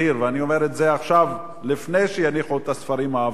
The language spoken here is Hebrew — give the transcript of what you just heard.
ואני אומר את זה עכשיו לפני שיניחו את הספרים העבים,